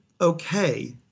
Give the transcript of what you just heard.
okay